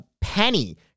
penny